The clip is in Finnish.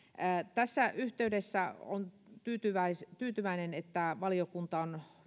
tässä yhteydessä olen tyytyväinen että valiokunta on